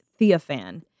Theophan